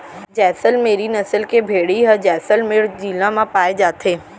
जैसल मेरी नसल के भेड़ी ह जैसलमेर जिला म पाए जाथे